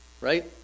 right